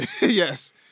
Yes